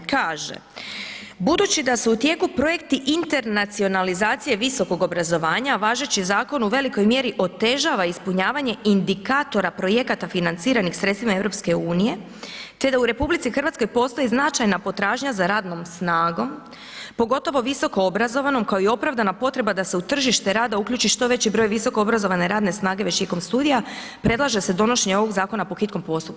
Kaže: „Budući da su u tijeku projekti internacionalizacije visokog obrazovanja važeći zakon u velikoj mjeri otežava ispunjavanje indikatora projekata financiranih sredstvima EU te da u RH postoji značajna potražnja za radnom snagom, pogotovo visoko obrazovanom kao i opravdana potreba da se u tržište rada uključi što veći broj visoko obrazovane radne snage već tijekom studija, predlaže se donošenje ovog zakona po hitnom postupku“